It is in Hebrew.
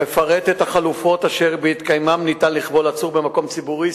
מפרט את החלופות אשר בהתקיימן ניתן לכבול עצור במקום ציבורי.